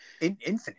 Infinite